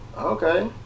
Okay